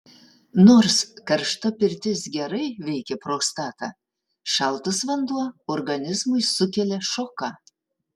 nors karšta pirtis gerai veikia prostatą šaltas vanduo organizmui sukelia šoką